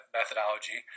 methodology